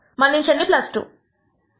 మన్నించండి 2